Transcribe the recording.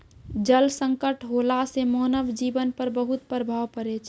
जल संकट होला सें मानव जीवन पर बहुत प्रभाव पड़ै छै